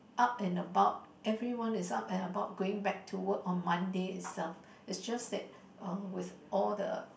up and about everyone is up and about going back to work on Monday itself it just that uh with all the